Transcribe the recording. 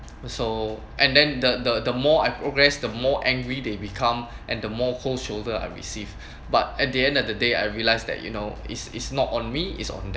so and then the the the more I progressed the more angry they become and the more cold shoulder I receive but at the end of the day I realise that you know is is not on me is on